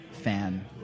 fan